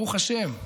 ברוך השם,